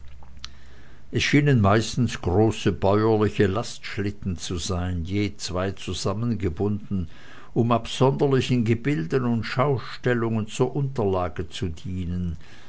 es schienen meistens große bäuerliche lastschlitten zu sein je zwei zusammengebunden um absonderlichen gebilden und schaustellungen zur unterlage zu dienen